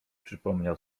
przypomniał